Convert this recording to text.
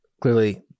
clearly